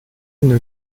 une